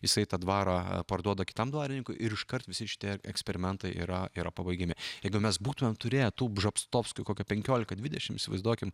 jisai tą dvarą parduoda kitam dvarininkui ir iškart visi šitie eksperimentai yra yra pabaigiami jeigu mes būtumėm turėję tų bžostovskių kokių penkiolika dvidešimt įsivaizduokim